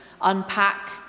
unpack